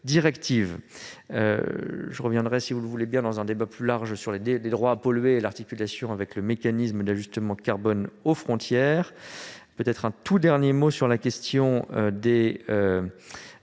Je reviendrai, si vous le voulez bien, pour un débat plus large sur les droits à polluer et l'articulation avec le mécanisme d'ajustement carbone aux frontières. Quant aux certificats sanitaires,